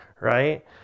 right